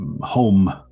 home